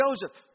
Joseph